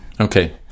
Okay